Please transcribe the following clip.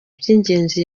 by’ingenzi